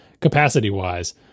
capacity-wise